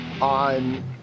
on